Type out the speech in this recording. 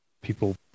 people